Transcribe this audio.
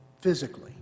physically